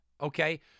Okay